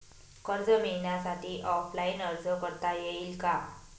कर्ज मिळण्यासाठी ऑफलाईन अर्ज करता येईल का?